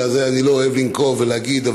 אני לא אוהב לנקוב ולהגיד,